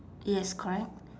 yes correct